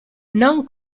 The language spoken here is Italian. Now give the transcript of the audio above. non